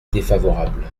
défavorables